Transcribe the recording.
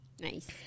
Nice